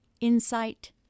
insight